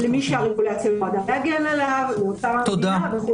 -- למי שהרגולציה אמורה להגן עליו --- וכולי.